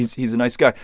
he's he's a nice guy.